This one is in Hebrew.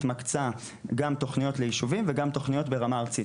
מקצה גם תוכניות ליישובים וגם תוכניות ברמה ארצית.